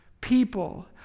people